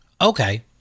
Okay